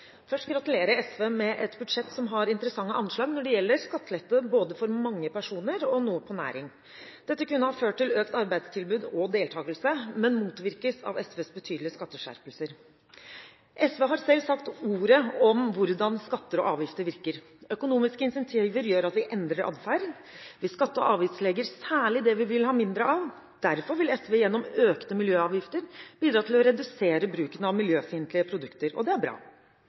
Først vil jeg gratulere SV med et budsjett som har interessante anslag når det gjelder skattelette, både for mange personer og – noe – på næring. Dette kunne ha ført til økt arbeidstilbud og deltakelse, men motvirkes av SVs betydelige skatteskjerpelser. SV har selv sagt «ordet» om hvordan skatter og avgifter virker: Økonomiske incentiver gjør at vi endrer adferd. Vi skattlegger og avgiftslegger særlig det vi vil ha mindre av. Derfor vil SV gjennom økte miljøavgifter bidra til å redusere bruken av miljøfiendtlige produkter. Det er bra.